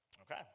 Okay